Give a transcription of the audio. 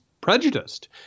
prejudiced